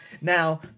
Now